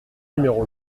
numéro